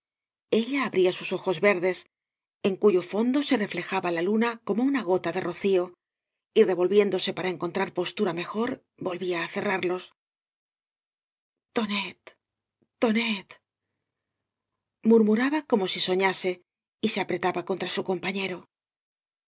ella abría sus ojos verdes en cuyo fondo se reflejaba la luna como una gota de rocío y revolviéndose para encontrar postura mejor volvía á cerrarlos tonet tonet murmuraba como si sofia se y se apretaba contra su compañero